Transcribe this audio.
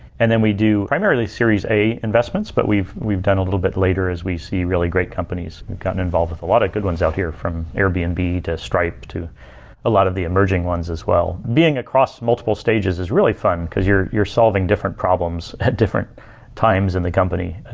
and then we do primarily series a investments, but we've we've done a little bit later as we see really great companies. we've gotten involved with a lot of good ones out here from airbnb and to stripe to a lot of the emerging ones as well being across multiple stages is really fun, because you're you're solving different problems at different times in the company.